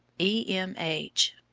e. m. h.